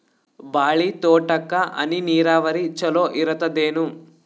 ಬಾಳಿ ತೋಟಕ್ಕ ಹನಿ ನೀರಾವರಿ ಚಲೋ ಇರತದೇನು?